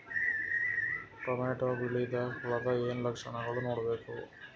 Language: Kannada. ಟೊಮೇಟೊ ಬೆಳಿದಾಗ್ ಹುಳದ ಏನ್ ಲಕ್ಷಣಗಳು ನೋಡ್ಬೇಕು?